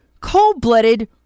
cold-blooded